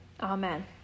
Amen